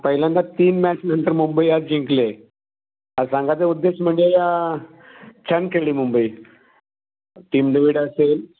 पहिल्यांदा तीन मॅचनंतर मुंबई आज जिंकले हा सांगायचा उद्देश म्हणजे छान खेळली मुंबई टीम डेविड असेल